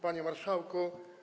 Panie Marszałku!